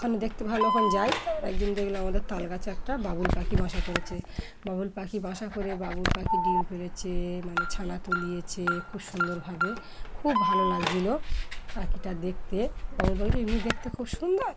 ওখানে দেখতে ভালো যাই তা একদিন দেখলাম আমাদের তালগাছে একটা বাবুল পাখি বাসা করেছে বাবুল পাখি বাসা করে বাবুল পাখি ডিম পেড়েছে মানে ছানা তুলিয়েছে খুব সুন্দরভাবে খুব ভালো লাগছিলো পাখিটা দেখতে বাবুল পাখিটা এমনি দেখতে খুব সুন্দর